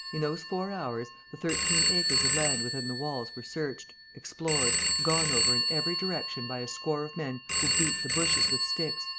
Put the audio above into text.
in those four hours, the thirteen acres of land within the walls were searched, explored, gone over in every direction by a score of men who beat the bushes with sticks,